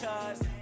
Cause